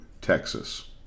Texas